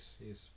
yes